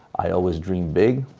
i always dream big.